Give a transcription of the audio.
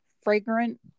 fragrant